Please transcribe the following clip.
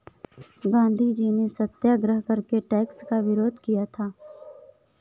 गांधीजी ने सत्याग्रह करके टैक्स का विरोध किया था